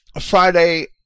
Friday